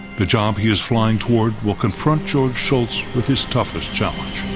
the job he is flying toward will confront george shultz with his toughest challenge.